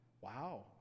Wow